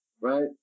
right